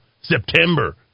September